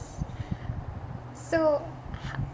so ho~